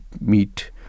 meet